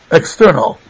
external